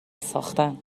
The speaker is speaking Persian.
ساختن